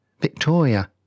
Victoria